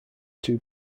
two